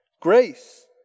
Grace